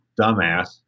dumbass